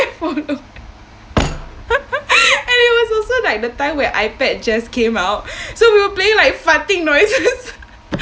followed and it was also like the time when ipad just came out so we were playing like farting noises